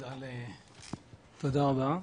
תודה רבה,